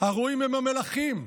הרועים הם המלכים,